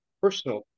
personal